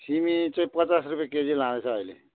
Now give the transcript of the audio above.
सिमी चाहिँ पचास रुपियाँ केजी लाँदैछ अहिले